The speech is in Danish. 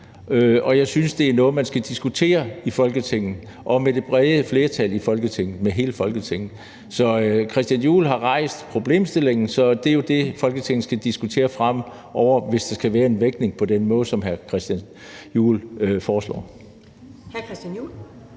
og jeg synes, det er noget, man skal diskutere med det brede flertal i Folketinget og med hele Folketinget. Hr. Christian Juhl har rejst problemstillingen, og det er jo det, Folketinget skal diskutere fremover, hvis der skal være den vægtning, som hr. Christian Juhl foreslår.